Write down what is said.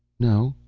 no.